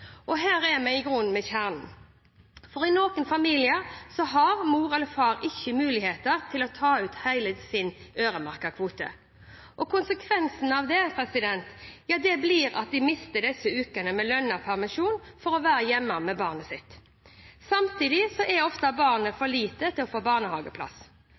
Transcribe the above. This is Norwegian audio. Her er vi i grunnen ved kjernen: I noen familier har mor eller far ikke mulighet til å ta ut hele sin øremerkede kvote. Konsekvensen blir at de mister disse ukene med lønnet permisjon for å være hjemme med barnet sitt. Samtidig er barnet ofte for lite til å få barnehageplass.